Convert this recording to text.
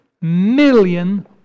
million